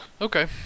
Okay